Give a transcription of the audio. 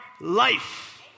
life